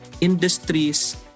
industries